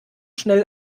schnell